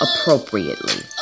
appropriately